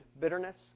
bitterness